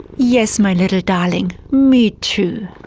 yes, my little darling, me too!